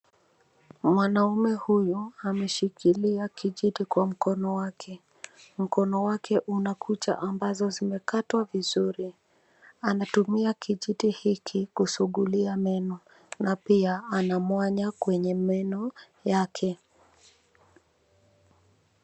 Mwanamume huyu ameshikilia kijiti kwa mkono wake. Mkono wake una kuta ambazo zimekatwa vizuri. Anatumia kijiti hii kusugulia meno na pia ana mwanya kwenye meno yake.